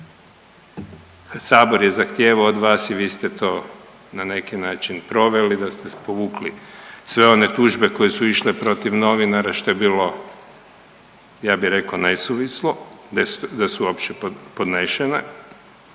Sabor je zahtijevao od vas i vi ste to na neki način proveli da ste povukli sve one tužbe koje su išle protiv novinara što je bilo ja bih rekao nesuvislo da su uopće podnešene.